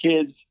kids